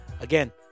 again